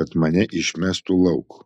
kad mane išmestų lauk